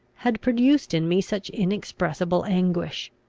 had produced in me such inexpressible anguish.